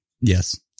Yes